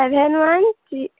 seven one